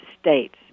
states